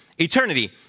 eternity